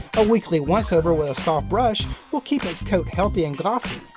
a weekly once-over with a soft brush will keep its coat healthy and glossy.